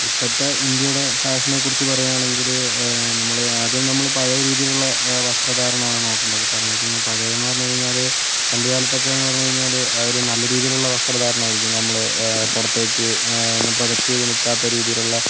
ഇപ്പോഴത്തെ ഇന്ത്യയുടെ ഫാഷനെക്കുറിച്ച് പറയുകയാണെങ്കിൽ നമ്മൾ ആദ്യം നമ്മൾ പഴയ രീതിയിലുള്ള വസ്ത്രധാരണമാണ് നോക്കേണ്ടത് കാരണം എന്താണെന്ന് വെച്ച് കഴിഞ്ഞാൽ പഴയതെന്ന് പറഞ്ഞ് കഴിഞ്ഞാൽ പണ്ട് കാലത്തൊക്കെയെന്ന് പറഞ്ഞ് കഴിഞ്ഞാൽ ആ ഒരു നല്ല രീതിയിലുള്ള വസ്ത്രധാരണമായിരിക്കും നമ്മൾ പുറത്തേക്ക് ഒന്നും പ്രൊജക്റ്റ് ചെയ്ത് നിൽക്കാത്ത രീതിയിലുള്ള